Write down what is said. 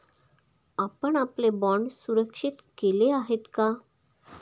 आपण आपले बाँड सुरक्षित केले आहेत का?